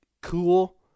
cool